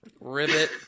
ribbit